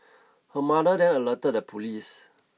her mother then alerted the police